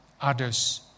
others